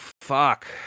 fuck